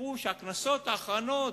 תראו שהכנסות האחרונות,